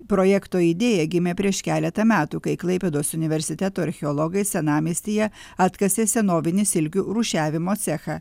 projekto idėja gimė prieš keletą metų kai klaipėdos universiteto archeologai senamiestyje atkasė senovinį silkių rūšiavimo cechą